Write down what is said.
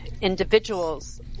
individuals